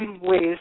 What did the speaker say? ways